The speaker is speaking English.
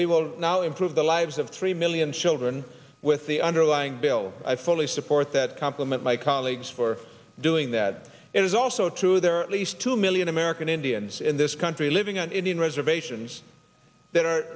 we will now improve the lives of three million children with the underlying bill i fully support that compliment my colleagues for doing that it is also true there are at least two million american indians in this country living on indian reservations that are